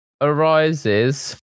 arises